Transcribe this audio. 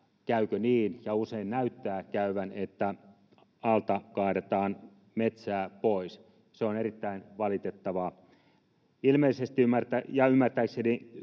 käykö niin — ja usein näyttää käyvän — että alta kaadetaan metsää pois? Se on erittäin valitettavaa, ja ymmärtääkseni